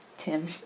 Tim